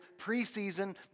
preseason